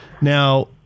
Now